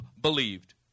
believed